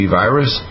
virus